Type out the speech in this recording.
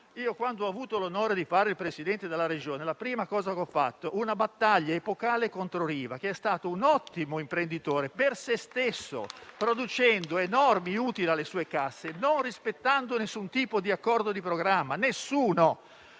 Quando ho avuto l'onore di fare il Presidente della Regione la prima cosa che ho fatto è stata una battaglia epocale contro Riva, che è stato un ottimo imprenditore per sé stesso, producendo enormi utili alle sue casse, ma senza rispettare alcun accordo di programma. Ci siamo